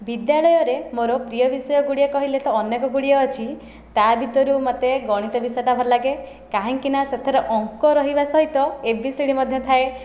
ବିଦ୍ୟାଳୟରେ ମୋର ପ୍ରିୟ ବିଷୟ ଗୁଡ଼ିଏ କହିଲେ ତ ଅନେକ ଗୁଡ଼ିଏ ଅଛି ତା ଭିତରୁ ମୋତେ ଗଣିତ ବିଷୟଟା ଭଲ ଲାଗେ କାହିଁକି ନା ସେଥିରେ ଅଙ୍କ ରହିବା ସହିତ ଏ ବି ସି ଡ଼ି ମଧ୍ୟ ଥାଏ